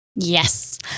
Yes